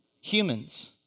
Humans